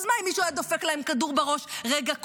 אז מה אם מישהו היה דופק להם כדור בראש רגע קודם?